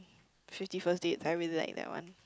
Fifty First Date I really like that one